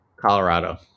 Colorado